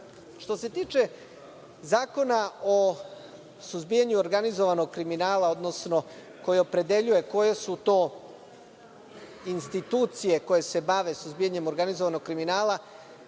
se tiče Zakona o suzbijanju organizovanog kriminala, odnosno koji opredeljuje koje su to institucije koje se bave suzbijanjem organizovanog kriminala,